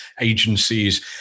agencies